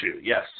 Yes